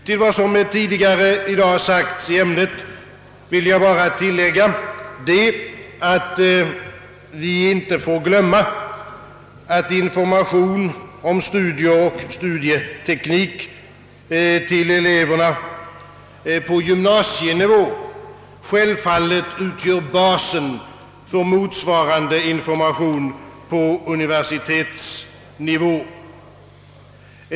Till vad som tidigare i dag sagts i ämnet vill jag bara tillägga, att vi inte får glömma, att information om studier och studieteknik för eleverna på gymnasienivå självfallet utgör basen för motsvarande information på universitetsnivå.